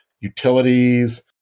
utilities